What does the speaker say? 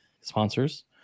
sponsors